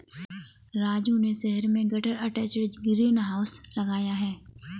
राजू ने शहर में गटर अटैच्ड ग्रीन हाउस लगाया है